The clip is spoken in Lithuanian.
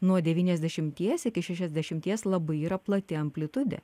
nuo deviasdešimties iki šešiasdešimties labai yra plati amplitudė